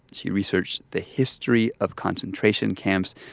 she researched the history of concentration camps,